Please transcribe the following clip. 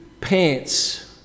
pants